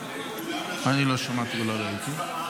אני לא שמעתי ולא ראיתי.